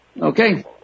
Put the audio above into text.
Okay